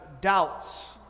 doubts